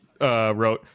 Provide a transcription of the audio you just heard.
Wrote